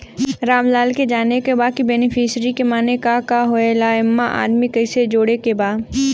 रामलाल के जाने के बा की बेनिफिसरी के माने का का होए ला एमे आदमी कैसे जोड़े के बा?